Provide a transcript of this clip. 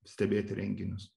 stebėti renginius